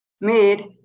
made